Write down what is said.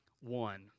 one